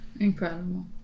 Incredible